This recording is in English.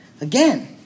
Again